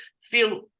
feel